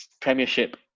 premiership